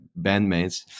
bandmates